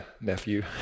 nephew